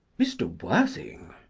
mr. worthing?